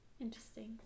Interesting